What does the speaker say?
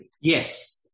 Yes